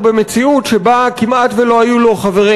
אבל הבדידות הגדולה שלו במציאות שבה כמעט ולא היו לו חברים.